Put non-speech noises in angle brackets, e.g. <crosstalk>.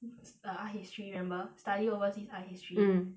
<noise> art history you remember study overseas art history mm